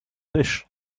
dish